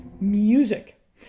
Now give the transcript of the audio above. music